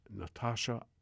Natasha